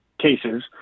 cases